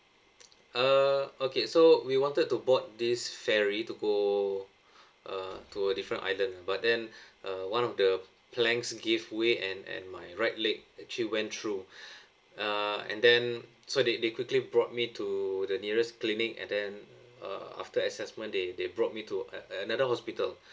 uh okay so we wanted to board this ferry to go uh to a different island but then uh one of the planks gave way and and my right leg actually went through uh and then so they they quickly brought me to the nearest clinic and then uh after assessment they they brought me to uh another hospital